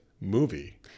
movie